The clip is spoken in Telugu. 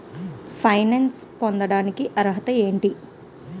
పెన్షన్ పొందడానికి అర్హత ఏంటి?